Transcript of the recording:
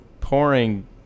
pouring